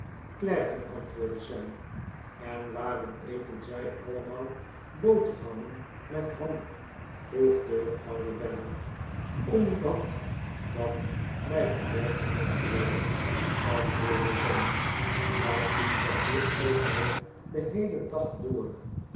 klerken antwoordde sam en waarom eten zij allemaal boterhammen met ham vroeg de oude weller omdat dat bij hun werk hoort geloof ik antwoordde sam dat doen zij hier altijd den heelen dag door